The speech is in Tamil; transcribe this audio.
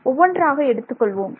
ஒவ்வொன்றாக எடுத்துக் கொள்வோம்